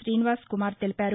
తీనివాస్ కుమార్ తెలిపారు